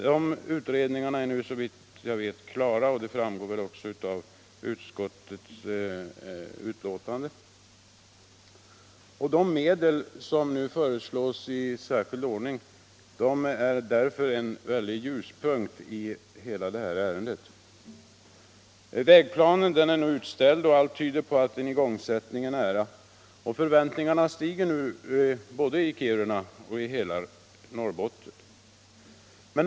Dessa utredningar är nu, såvitt jag vet, klara — detta framgår väl också av utskottets betänkande. De medel som nu föreslås i särskild ordning är därför en ljuspunkt i ärendet. Vägplanen är i dag utställd och allt tyder på att en igångsättning är nära. Förväntningarna stiger såväl i Kiruna som i hela Norrbotten.